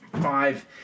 five